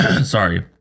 sorry